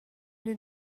den